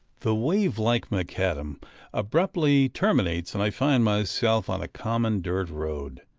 the wave-like macadam abruptly terminates, and i find myself on a common dirt road.